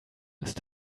ist